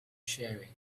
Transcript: sharing